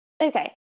Okay